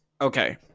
Okay